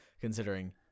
considering